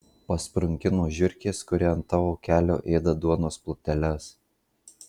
pasprunki nuo žiurkės kuri ant tavo kelio ėda duonos pluteles